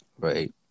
Right